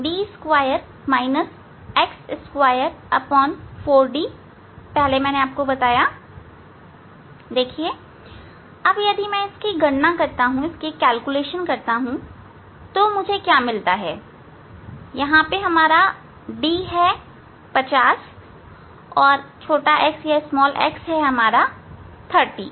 अब f D2 x24D देखिए अब यदि मैं गणना करता हूं तो मुझे क्या मिलता है D है 50 और x है 30